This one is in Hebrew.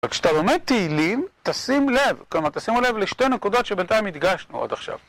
אבל כשאתה לומד תהילים תשים לב, כלומר תשימו לב לשתי נקודות שבינתיים הדגשנו עוד עכשיו.